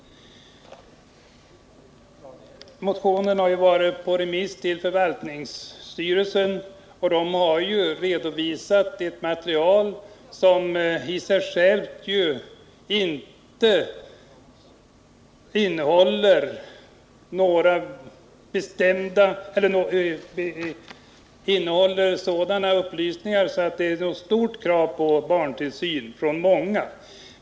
Motionen i ärendet har varit på remiss hos förvaltningsstyrelsen. Denna har redovisat ett material som i sig självt inte ger vid handen att det föreligger något starkt och av många ledamöter framfört krav på barntillsyn.